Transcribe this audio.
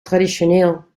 traditioneel